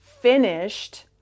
finished